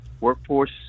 Workforce